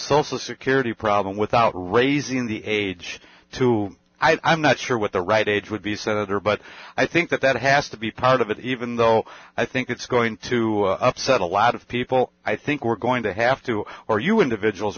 social security problem without raising the age to i'm not sure what the right age would be senator but i think that that has to be part of it even though i think it's going to upset a lot of people i think we're going to have to are you individuals